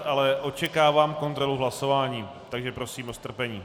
Ale očekávám kontrolu hlasování, takže prosím o strpení.